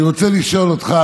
אני רוצה לשאול אותך,